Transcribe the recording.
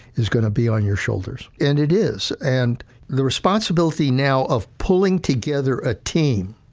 is going to be on your shoulders. and it is, and the responsibility now of pulling together a team